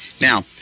Now